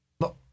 look